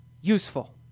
useful